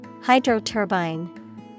Hydroturbine